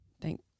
Thank